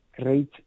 great